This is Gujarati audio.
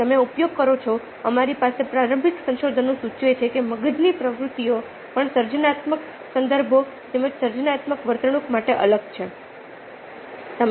તમે ઉપયોગ કરો છો અમારી પાસે પ્રારંભિક સંશોધનો સૂચવે છે કે મગજની પ્રવૃત્તિઓ પણ સર્જનાત્મક સંદર્ભો તેમજ સર્જનાત્મક વર્તણૂક માટે અલગ છે